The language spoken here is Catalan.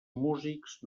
músics